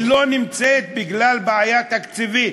היא לא נמצאת בגלל בעיה תקציבית,